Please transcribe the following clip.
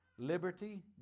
Liberty